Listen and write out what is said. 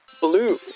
blue